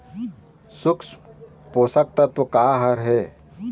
सूक्ष्म पोषक तत्व का हर हे?